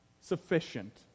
sufficient